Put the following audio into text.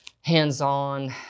hands-on